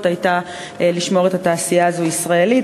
הייתה לשמור את התעשייה הזאת ישראלית,